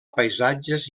paisatges